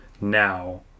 now